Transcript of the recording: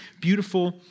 beautiful